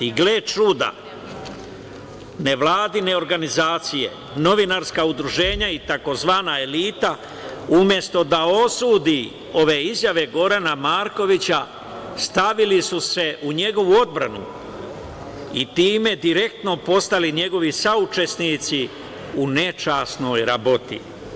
I gle čuda, nevladine organizacije, novinarska udruženja i tzv. elita umesto da osudi ove izjave Gorana Markovića stavili su se u njegovu odbranu i time direktno postali njegovi saučesnici u nečasnoj raboti.